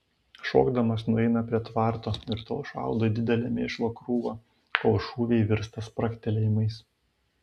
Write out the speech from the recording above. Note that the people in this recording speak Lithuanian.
šokdamas nueina prie tvarto ir tol šaudo į didelę mėšlo krūvą kol šūviai virsta spragtelėjimais